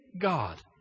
God